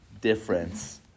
difference